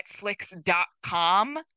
netflix.com